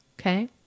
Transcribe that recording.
Okay